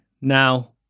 now